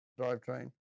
drivetrain